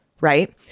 Right